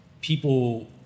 people